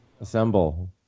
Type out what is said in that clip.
assemble